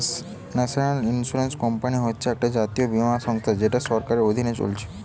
national Insurance Company হচ্ছে একটা জাতীয় বীমা সংস্থা যেটা সরকারের অধীনে চলছে